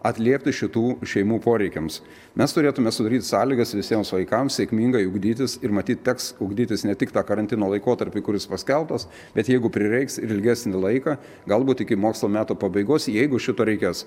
atliepti šitų šeimų poreikiams mes turėtume sudaryt sąlygas visiems vaikams sėkmingai ugdytis ir matyt teks ugdytis ne tik tą karantino laikotarpį kuris paskelbtas bet jeigu prireiks ir ilgesnį laiką galbūt iki mokslo metų pabaigos jeigu šito reikės